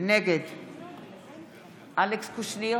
נגד אלכס קושניר